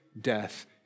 death